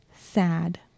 sad